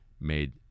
made